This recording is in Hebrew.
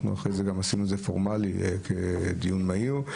אנחנו אחרי זה גם עשינו את זה פורמלי כדיון מהיר.